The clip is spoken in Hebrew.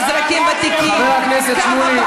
חבר הכנסת שמולי.